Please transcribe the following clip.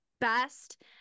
best